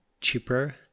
cheaper